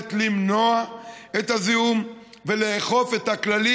היכולת למנוע את הזיהום ולאכוף את הכללים